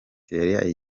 thierry